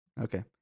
Okay